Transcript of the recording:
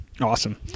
Awesome